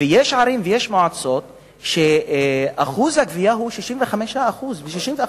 ויש ערים ויש מועצות שאחוז הגבייה הוא 65% ו-60%.